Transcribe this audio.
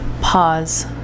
pause